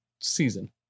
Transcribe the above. season